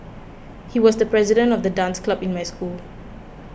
he was the president of the dance club in my school